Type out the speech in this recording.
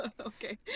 Okay